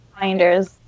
finders